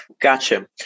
Gotcha